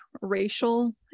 racial